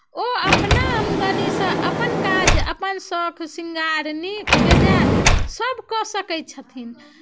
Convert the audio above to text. ओ अपना आमदनीसँ अपन काज अपन शौख श्रींगार नीक बेजाय सभ कऽ सकै छथिन